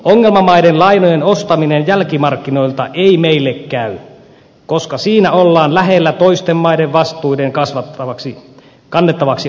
ongelmamaiden lainojen ostaminen jälkimarkkinoilta ei meille käy koska siinä ollaan lähellä toisten maiden vastuiden kannettavaksi ottamista